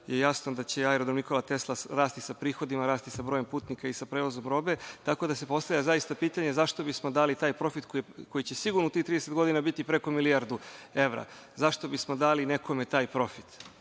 je jasno da će Aerodrom „Nikola Tesla“ rasti sa prihodima, rasti sa brojem putnika i sa prevozom robe, tako da se postavlja zaista pitanje – zašto bismo dali taj profit koji će sigurno u tih 30 godina biti preko milijardu evra. Zašto bismo dali nekome taj profit?